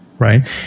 Right